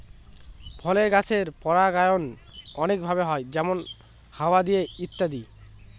ফলের গাছের পরাগায়ন অনেক ভাবে হয় যেমন হাওয়া দিয়ে ইত্যাদি